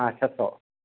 हा